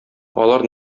алар